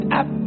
up